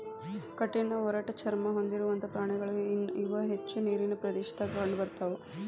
ಕಠಿಣ ಒರಟ ಚರ್ಮಾ ಹೊಂದಿರುವಂತಾ ಪ್ರಾಣಿಗಳು ಇವ ಹೆಚ್ಚ ನೇರಿನ ಪ್ರದೇಶದಾಗ ಕಂಡಬರತಾವ